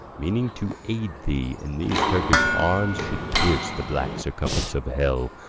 meaning to aid thee in these turkish arms, should pierce the black circumference of hell,